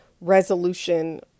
resolution